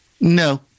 No